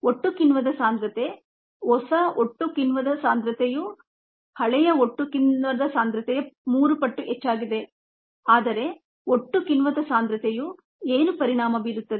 ಒಟ್ಟು ಕಿಣ್ವದ ಸಾಂದ್ರತೆ ಹೊಸ ಒಟ್ಟು ಕಿಣ್ವದ ಸಾಂದ್ರತೆಯು ಹಳೆಯ ಒಟ್ಟು ಕಿಣ್ವದ ಸಾಂದ್ರತೆಯ ಮೂರು ಪಟ್ಟು ಹೆಚ್ಚಾಗಿದೆ ಆದರೆ ಒಟ್ಟು ಕಿಣ್ವದ ಸಾಂದ್ರತೆಯು ಏನು ಪರಿಣಾಮ ಬೀರುತ್ತದೆ